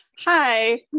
hi